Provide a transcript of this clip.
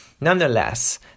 nonetheless